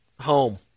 home